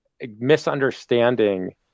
misunderstanding